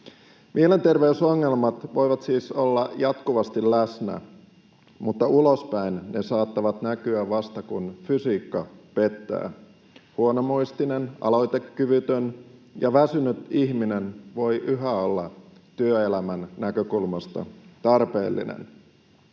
Mielenterveysongelmat voivat siis olla jatkuvasti läsnä, mutta ulospäin ne saattavat näkyä vasta kun fysiikka pettää. Huonomuistinen, aloitekyvytön ja väsynyt ihminen voi yhä olla työelämän näkökulmasta tarpeellinen.